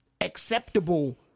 acceptable